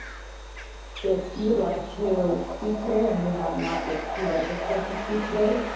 if you would like to speak today and you have not yet pre registered to speak today.